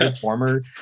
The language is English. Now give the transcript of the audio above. former